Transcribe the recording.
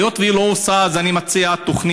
היות שהיא לא עושה, אז אני מציע תוכנית